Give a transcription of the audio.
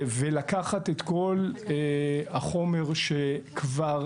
ולקחת את כל החומר שכבר